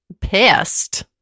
pissed